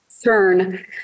turn